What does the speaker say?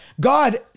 God